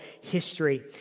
history